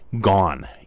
gone